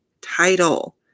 title